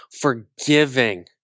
forgiving